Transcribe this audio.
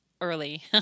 early